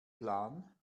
plan